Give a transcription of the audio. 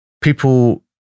people